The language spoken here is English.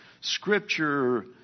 Scripture